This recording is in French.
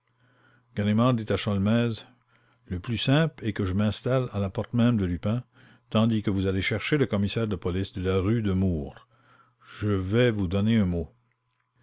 dit à sholmès le plus simple est que je m'installe à la porte même de bresson tandis que vous allez chercher le commissaire de police de la rue demours je vais vous donner un mot